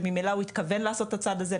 שממילא הוא התכוון לעשות את הצעד הזה,